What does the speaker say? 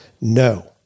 no